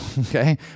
okay